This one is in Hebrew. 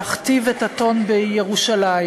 להכתיב את הטון בירושלים.